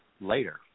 later